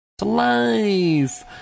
life